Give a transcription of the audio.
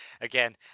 again